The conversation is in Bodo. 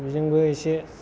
बेजोंबो एसे